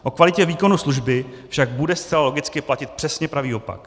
O kvalitě výkonu služby však bude zcela logicky platit přesně pravý opak.